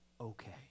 okay